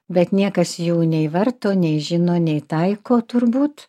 bet niekas jų nei varto nei žino nei taiko turbūt